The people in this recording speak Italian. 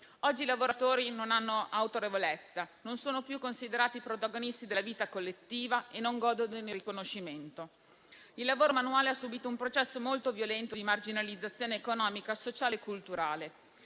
Oggi i lavoratori non hanno autorevolezza, non sono più considerati protagonisti della vita collettiva e non godono del riconoscimento. Il lavoro manuale ha subito un processo molto violento di marginalizzazione economica, sociale e culturale.